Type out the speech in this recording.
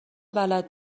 بلد